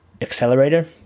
accelerator